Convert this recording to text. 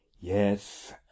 Yes